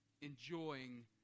enjoying